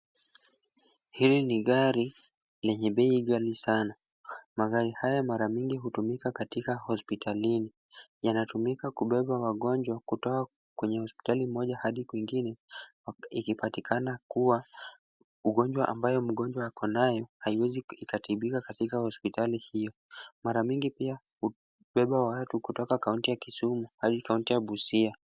Hili ni gari lenye bei ghali sana. Magari haya mara mingi hutumika katika hospitalini. Yanatumika kubeba wagonjwa kutoka kwenye hospitali moja hadi kwingine, ikipatikana kuwa ugonjwa ambayo mgonjwa ako nayo, haiwezi ikatibiwa katika hospitali hiyo. Mara mingi pia, hubeba watu kutoka kaunti ya Kisumu hadi kaunti ya Busia.